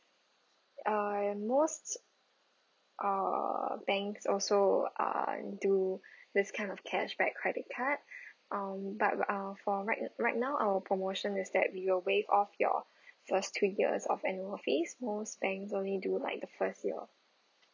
ah most uh thanks also uh to this kind of cashback credit card um but ah for right right now our promotion is that we'll waive off your first two years of annual fees most banks only do like the first year